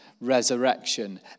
resurrection